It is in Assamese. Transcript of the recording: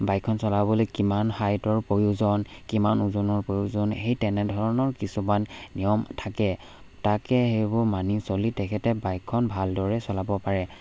বাইকখন চলাবলৈ কিমান হাইটৰ প্ৰয়োজন কিমান ওজনৰ প্ৰয়োজন সেই তেনেধৰণৰ কিছুমান নিয়ম থাকে তাকে সেইবোৰ মানি চলি তেখেতে বাইকখন ভালদৰে চলাব পাৰে